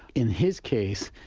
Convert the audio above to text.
in his case,